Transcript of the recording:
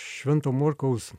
švento morkaus